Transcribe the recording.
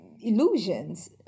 illusions